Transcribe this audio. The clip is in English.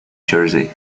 jersey